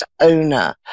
owner